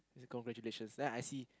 said congratulations then I see